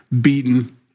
beaten